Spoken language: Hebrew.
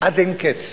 עד אין קץ